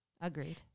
Agreed